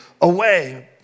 away